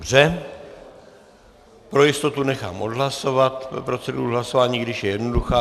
Dobře, pro jistotu nechám odhlasovat proceduru hlasování, i když je jednoduchá.